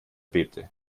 bebte